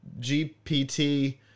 GPT